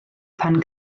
pan